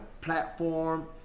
platform